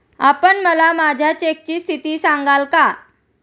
आपण मला माझ्या चेकची स्थिती सांगाल का?